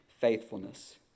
faithfulness